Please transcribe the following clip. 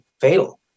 fatal